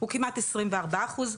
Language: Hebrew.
הוא כמעט 24 אחוז,